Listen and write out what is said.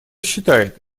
считает